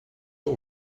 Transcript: all